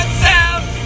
sound